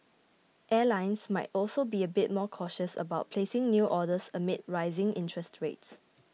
airlines might also be a bit more cautious about placing new orders amid rising interest rates